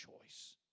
choice